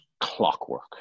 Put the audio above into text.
clockwork